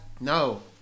No